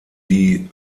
die